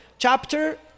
Chapter